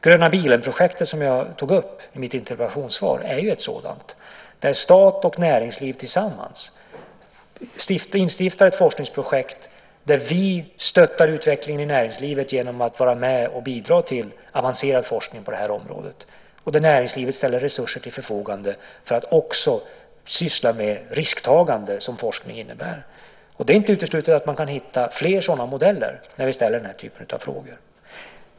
Gröna bilen-projektet, som jag tog upp i mitt interpellationssvar, är ju ett sådant där stat och näringsliv tillsammans instiftat ett forskningsprojekt där vi stöttar utvecklingen i näringslivet genom att vara med och bidra till avancerad forskning på det här området, och där näringslivet ställer resurser till förfogande för att också syssla med risktagande, som forskning innebär. Det är inte uteslutet att man kan hitta fler sådana modeller när vi ställer den här typen av frågor.